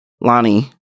Lonnie